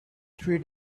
three